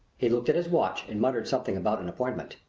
he looked at his watch and muttered something about an appointment.